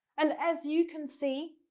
and as you can see,